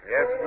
Yes